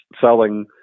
selling